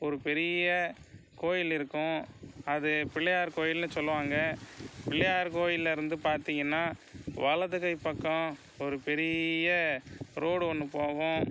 ஒரு பெரிய கோவில் இருக்கும் அது பிள்ளையார் கோவில்னு சொல்லுவாங்க பிள்ளையார் கோவில்லேருந்து பார்த்தீங்கனா வலது கை பக்கம் ஒரு பெரிய ரோடு ஒன்று போகும்